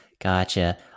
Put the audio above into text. Gotcha